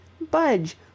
Budge